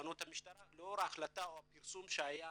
בתחנות המשטרה, לאור ההחלטה או פרסום שהיה